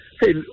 hey